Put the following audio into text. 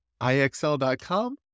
IXL.com